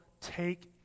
take